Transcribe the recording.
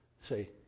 Say